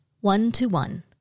one-to-one